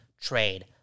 trade